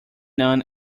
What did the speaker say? known